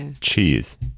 cheese